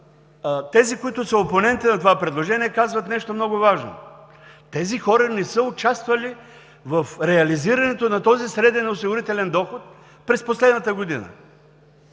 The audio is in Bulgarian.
тези, които са опоненти на това предложение, казват нещо много важно – тези хора не са участвали в реализирането на този среден осигурителен доход през последната година,